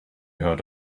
heard